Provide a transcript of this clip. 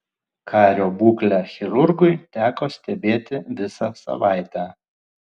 kario būklę chirurgui teko stebėti visą savaitę